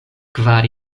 kvar